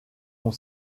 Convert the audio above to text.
ont